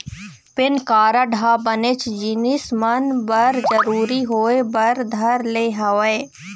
PAN card ह बनेच जिनिस मन बर जरुरी होय बर धर ले हवय